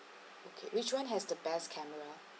okay which [one] has the best camera